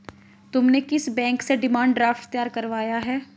तुमने किस बैंक से डिमांड ड्राफ्ट तैयार करवाया है?